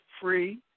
free